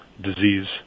disease